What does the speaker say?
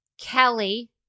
Kelly